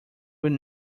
will